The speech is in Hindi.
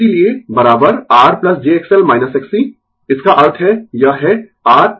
इसीलिये R j XL Xc इसका अर्थ है यह है R